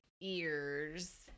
ears